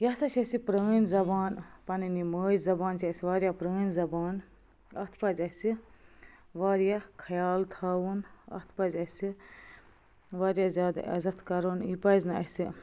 یہِ ہَسا چھِ اَسہِ یہِ پرٛٲنۍ زبان پنٕنۍ یہِ مٲج زبان چھِ اَسہِ واریاہ پرٛٲنۍ زبان اَتھ پَزِ اَسہِ واریاہ خیال تھاوُن اَتھ پَزِ اَسہِ واریاہ زیادٕ عزتھ کَرُن یہِ پَزِ نہٕ اَسہِ